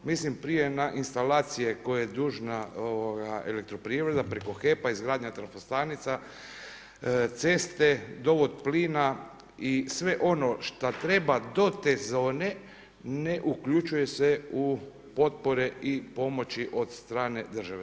Mislim prije na instalacije koje je dužna Elektroprivreda, preko HEP-a, izgradnja trafostanica, ceste, dovod plina i sve ono šta treba do te zone ne uključuje se u potpore i pomoći od strane države.